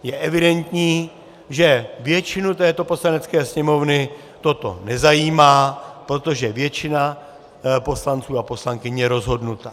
Je evidentní, že většinu této Poslanecké sněmovny toto nezajímá, protože většina poslanců a poslankyň je rozhodnuta.